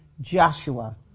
Joshua